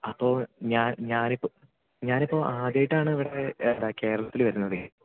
അപ്പോൾ ഞാൻ ഞാനിപ്പോൾ ഞാനിപ്പോൾ ആദ്യമായിട്ടാണ് ഇവിടെ കേരളത്തിൽ വരുന്നത്